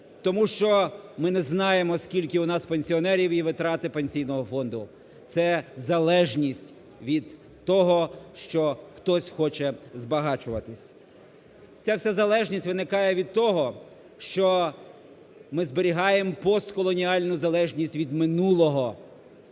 тому що ми не знаємо, скільки у нас пенсіонерів і витрати Пенсійного фонду, це залежність від того, що хтось хоче збагачуватись. Ця вся залежність виникає від того, що ми зберігаємо постколоніальну залежність від минулого…